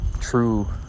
true